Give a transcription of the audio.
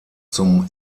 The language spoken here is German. zum